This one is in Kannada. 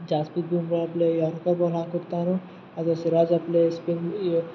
ಜಾಸ್ಪ್ರಿತ್ ಬುಮ್ರಾ ಪ್ಲೇಗ್ ಯಾರ್ಕರ್ ಬಾಲ್ ಹಾಕುತ್ತಾನೋ ಅದೇ ಸಿರಾಜ ಪ್ಲೇ ಸ್ಪಿನ್